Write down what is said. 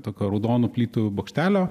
tokio raudonų plytų bokštelio